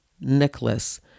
Nicholas